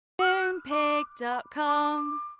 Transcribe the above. Moonpig.com